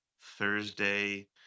Thursday